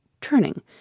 turning